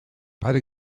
beide